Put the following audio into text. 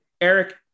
Eric